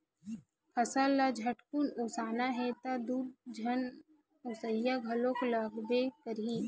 फसल ल झटकुन ओसाना हे त दू झन ओसइया घलोक लागबे करही